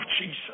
Jesus